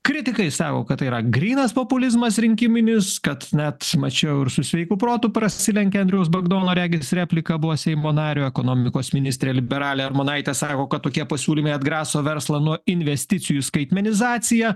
kritikai sako kad tai yra grynas populizmas rinkiminis kad net mačiau ir su sveiku protu prasilenkia andriaus bagdono regis replika buvo seimo nario ekonomikos ministrė liberalė armonaitė sako kad tokie pasiūlymai atgraso verslą nuo investicijų skaitmenizaciją